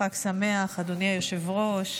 חג שמח, אדוני היושב-ראש.